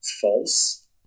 false